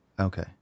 Okay